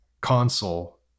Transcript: console